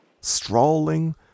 strolling